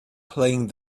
playing